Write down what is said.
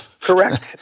Correct